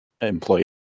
employee